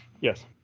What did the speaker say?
yes